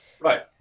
Right